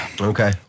okay